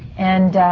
and.